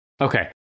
Okay